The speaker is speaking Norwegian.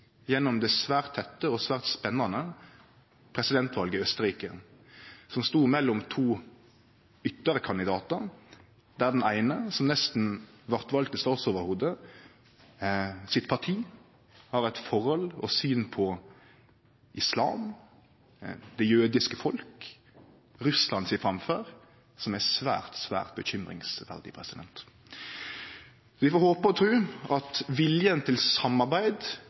gjennom det svært tette og svært spennande presidentvalet i Austerrike, som stod mellom to ytterkandidatar, der partiet til den eine, som nesten vart vald til statsoverhovud, har eit forhold til og eit syn på islam, det jødiske folket, Russlands framferd, som er svært, svært bekymringsfullt. Vi får håpe og tru at viljen til samarbeid,